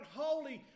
holy